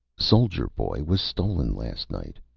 soldier boy was stolen last night.